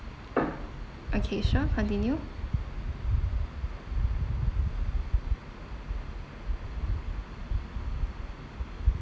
okay sure continue